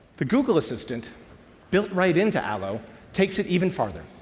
the google assistant built right into allo takes it even farther,